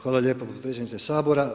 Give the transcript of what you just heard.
Hvala lijepo potpredsjedniče Sabora.